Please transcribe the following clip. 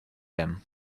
them